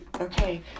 okay